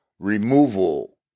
Removal